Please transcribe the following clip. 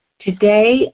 Today